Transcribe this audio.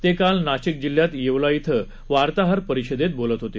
ते काल नाशिक जिल्ह्यात येवला क्वि वार्ताहर परिषदेत बोलत होते